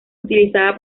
utilizada